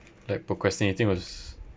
like procrastinating was